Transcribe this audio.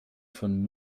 von